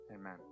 amen